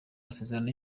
masezerano